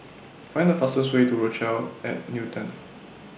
Find The fastest Way to Rochelle At Newton